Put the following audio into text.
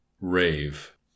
rave